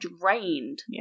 drained